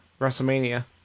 WrestleMania